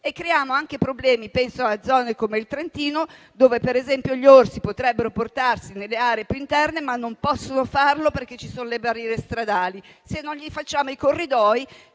E creiamo problemi anche a zone come il Trentino, dove per esempio gli orsi potrebbero portarsi nelle aree più interne, ma non possono farlo perché ci sono le barriere stradali. Se non gli facciamo i corridoi,